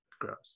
Gross